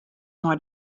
mei